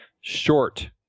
short